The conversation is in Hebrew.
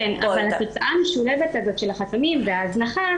אבל התוצאה המשולבת של החסמים וההזנחה